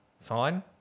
Fine